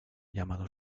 llamado